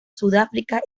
sudáfrica